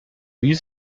wie